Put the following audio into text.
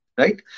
right